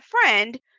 friend